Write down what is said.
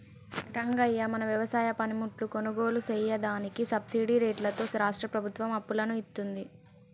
రంగయ్య మన వ్యవసాయ పనిముట్లు కొనుగోలు సెయ్యదానికి సబ్బిడి రేట్లతో రాష్ట్రా ప్రభుత్వం అప్పులను ఇత్తుంది